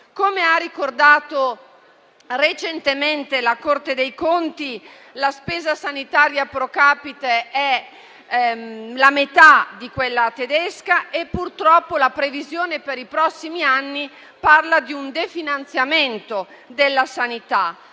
Come ha ricordato recentemente la Corte dei Conti, la spesa sanitaria *pro capite* è la metà di quella tedesca e purtroppo la previsione per i prossimi anni parla di un definanziamento della sanità,